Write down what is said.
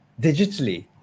digitally